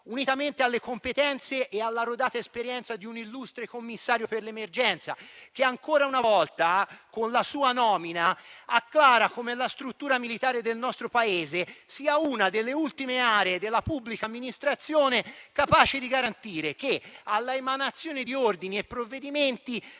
unitamente alle competenze e alla rodata esperienza di un illustre commissario per l'emergenza, che ancora una volta, con la sua nomina, acclara come la struttura militare del nostro Paese sia una delle ultime aree della pubblica amministrazione capace di garantire che, alla emanazione di ordini e provvedimenti,